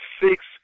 six